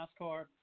NASCAR